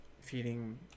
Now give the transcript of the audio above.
feeding